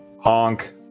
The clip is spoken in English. Honk